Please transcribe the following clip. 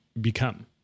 become